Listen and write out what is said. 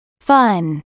Fun